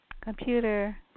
computer